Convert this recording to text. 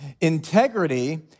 Integrity